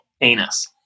anus